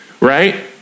right